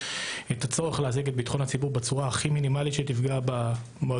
את הצורך להחזיק את ביטחון הציבור בצורה הכי מינימלית שתפגע במועדונים.